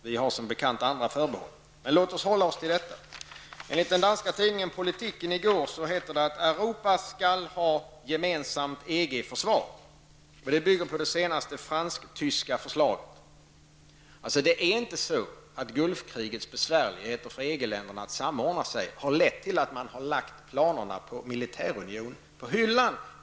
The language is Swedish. Vi har som bekant andra förbehåll. Men låt oss hålla oss till detta. I den danska tidningen Politikken hette det i går att Europa skall ha gemensamt EG-försvar. Det bygger på det senaste fransk-tyska förslaget. Det är inte så att de besvärligheter Gulfkriget inneburit för EG länderna att samordna sig har lett till att man har lagt planerna på militärunion på hyllan.